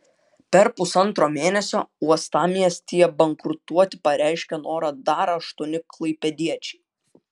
per pusantro mėnesio uostamiestyje bankrutuoti pareiškė norą dar aštuoni klaipėdiečiai